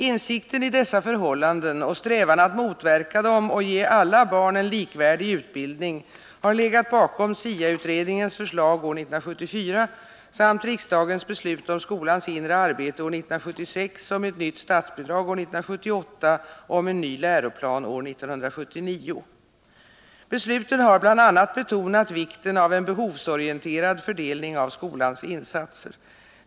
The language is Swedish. Insikten i dessa förhållanden och strävan att motverka dem och ge alla barn en likvärdig utbildning har legat bakom SIA-utredningens förslag år 1974 samt riksdagens beslut om skolans inre arbete år 1976, om ett nytt statsbidrag år 1978 och om en ny läroplan år 1979. Besluten har bl.a. betonat vikten av en behovsorienterad fördelning av skolans insatser.